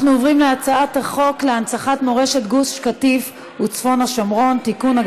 אנחנו עוברים להצעת חוק להנצחת מורשת גוש קטיף וצפון השומרון (תיקון,